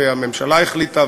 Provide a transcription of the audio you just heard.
והממשלה החליטה,